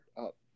up